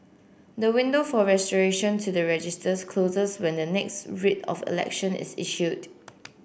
the window for restoration to the registers closes when the next Writ of Election is issued